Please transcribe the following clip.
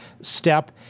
step